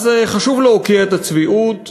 אז חשוב להוקיע את הצביעות,